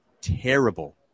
terrible